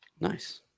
Nice